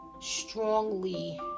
strongly